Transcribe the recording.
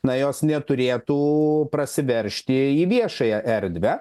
na jos neturėtų prasiveržti į viešąją erdvę